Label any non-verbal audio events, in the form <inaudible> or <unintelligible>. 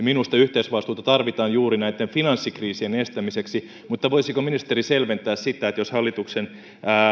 <unintelligible> minusta yhteisvastuuta tarvitaan juuri näitten finanssikriisien estämiseksi mutta voisiko ministeri selventää sitä että jos hallituksen